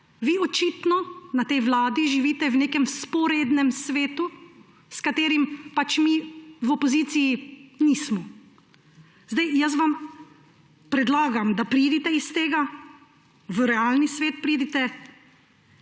Vi očitno na tej vladi živite v nekem vzporednem svetu, v katerem pač mi v opoziciji nismo. Jaz vam predlagam, da preidite iz tega v realni svet, pridite